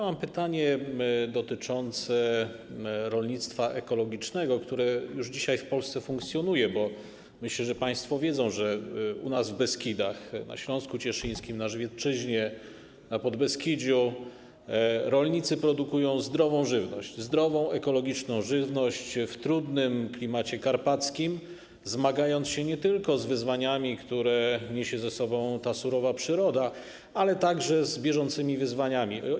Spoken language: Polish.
Mam pytanie dotyczące rolnictwa ekologicznego, które już dzisiaj w Polsce funkcjonuje, bo myślę, że państwo wiedzą, że u nas w Beskidach, na Śląsku Cieszyńskim, na Żywiecczyźnie, na Podbeskidziu rolnicy produkują zdrową, ekologiczną żywność w trudnym klimacie karpackim, zmagając się nie tylko z wyzwaniami, jakie niesie za sobą ta surowa przyroda, ale także z bieżącymi wyzwaniami.